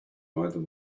either